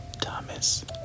Thomas